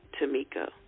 Tamika